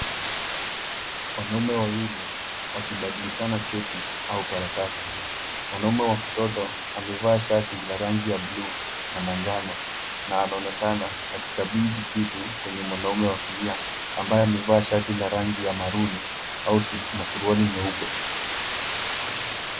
Wanaume wawili wakibadilishana cheti au karatasi. Mwanaume wa kushoto amevaa shati la rangi ya bluu na manjano na anaonekana akikabidhi kitu kwenye mwanaume wa kulia ambaye amevaa shati la rangi ya maruni au na suruali nyeupe.